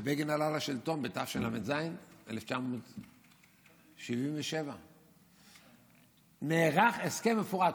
ובגין עלה לשלטון בתשל"ז, 1977. נערך הסכם מפורט.